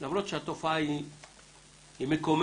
למרות שהתופעה היא מקוממת,